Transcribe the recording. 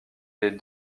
est